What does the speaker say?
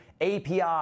API